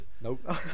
Nope